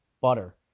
butter